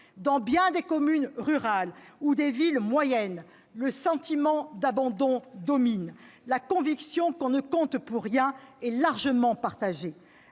Dans bien des communes rurales ou des villes moyennes, le sentiment d'abandon domine, la conviction qu'on ne compte pour rien est largement partagée.